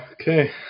Okay